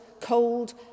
cold